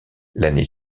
l’année